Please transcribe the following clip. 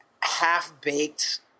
half-baked